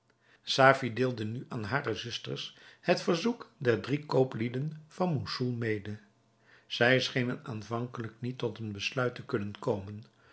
safie deelde nu aan hare zusters het verzoek der drie kooplieden van moussoul mede zij schenen aanvankelijk niet tot een besluit te kunnen komen